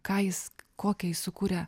ką jis kokią jis sukuria